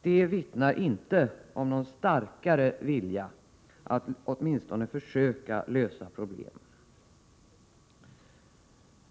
Det vittnar inte om någon starkare vilja att åtminstone försöka lösa problemen.